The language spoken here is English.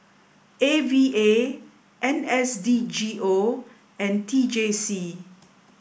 A V A N S D G O and T J C